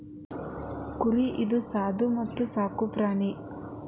ಕುರಿ ಇದು ಸಾದು ಮತ್ತ ಸಾಕು ಪ್ರಾಣಿ